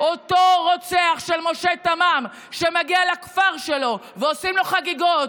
אותו רוצח של משה תמם שמגיע לכפר שלו ועושים לו חגיגות,